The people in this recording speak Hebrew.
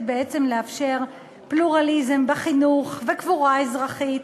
בעצם לאפשר פלורליזם בחינוך וקבורה אזרחית,